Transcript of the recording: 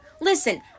listen